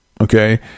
Okay